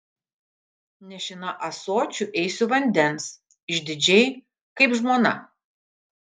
nešina ąsočiu eisiu vandens išdidžiai kaip žmona